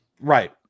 right